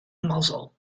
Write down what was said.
mazzel